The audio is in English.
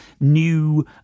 new